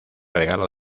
regalo